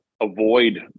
avoid